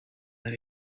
that